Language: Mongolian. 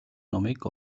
номыг